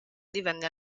divenne